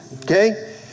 Okay